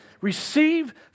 Receive